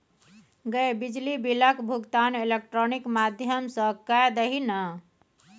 गै बिजली बिलक भुगतान इलेक्ट्रॉनिक माध्यम सँ कए दही ने